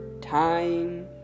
time